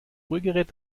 rührgerät